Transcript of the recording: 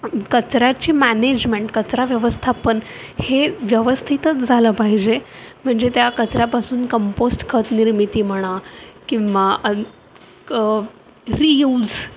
कचराची management कचरा व्यवस्थापन हे व्यवस्थितच झालं पाहिजे म्हणजे त्या कचरापासून कंपोस्ट खत निर्मिती म्हणा किंवा रियुज